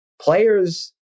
Players